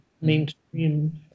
mainstream